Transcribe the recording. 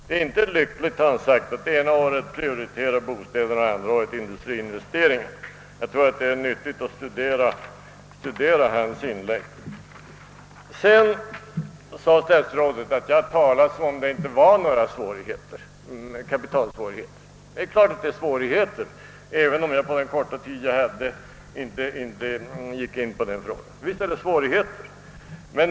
Det är inte riktigt, anser han, att ena året prioritera bostäder och andra året industriinvesteringar. Jag tror att det är nyttigt att studera hans inlägg. Statsrådet påstår vidare att jag talar som om det inte fanns några kapitalsvårigheter. Det är klart att sådana förekommer, även om jag på den korta tid jag hade på mig inte gick in på den frågan.